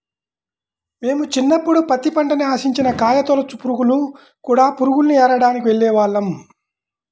మేము చిన్నప్పుడు పత్తి పంటని ఆశించిన కాయతొలచు పురుగులు, కూడ పురుగుల్ని ఏరడానికి వెళ్ళేవాళ్ళం